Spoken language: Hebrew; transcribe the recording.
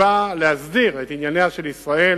שנועדה להסדיר את ענייניה של ישראל